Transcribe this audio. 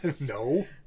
No